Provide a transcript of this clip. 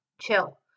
Chill